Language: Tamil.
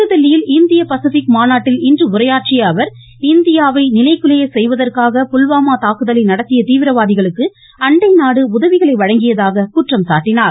புதுதில்லியில் இந்திய பசிபிக் மாநாட்டில் இன்று உரையாற்றிய அவர் இந்தியாவை நிலைகுலைய செய்வதற்காக புல்வாமா தாக்குதலை நடத்திய தீவிரவாதிகளுக்கு அண்டைநாடு உதவிகளை வழங்கியதாக குற்றம் சாட்டினார்